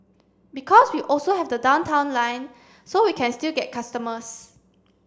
because we also have the Downtown Line so we can still get customers